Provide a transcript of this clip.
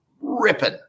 ripping